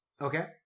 Okay